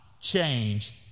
change